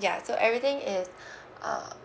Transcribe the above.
ya so everything is uh